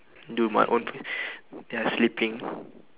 do my own ya sleeping